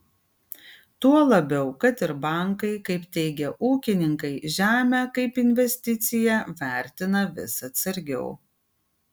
tuo labiau kad ir bankai kaip teigia ūkininkai žemę kaip investiciją vertina vis atsargiau